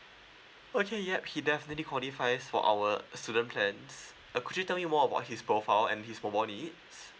okay yup he definitely qualifies for our student plans uh could you tell me more about his profile and his mobile needs